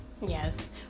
Yes